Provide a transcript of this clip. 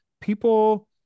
people